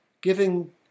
giving